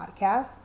podcast